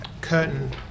curtain